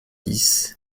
dix